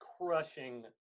crushing